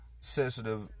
sensitive